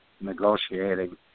negotiating